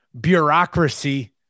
bureaucracy